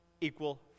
equal